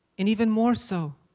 and even more so,